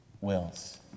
wills